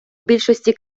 більшості